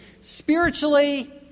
spiritually